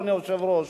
אדוני היושב-ראש,